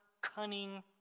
cunning